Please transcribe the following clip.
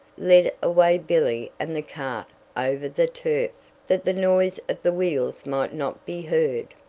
led away billy and the cart over the turf, that the noise of the wheels might not be heard.